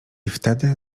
wtedy